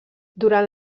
durant